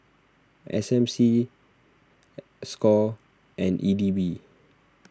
S M C Score and E D B